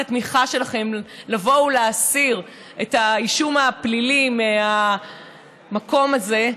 התמיכה שלכם לבוא ולהסיר את האישום הפלילי מהמקום הזה,